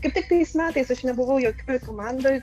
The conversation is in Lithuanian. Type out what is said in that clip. kaip tik tais metais aš nebuvau jokioj komandoj